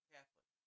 Catholic